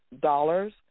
dollars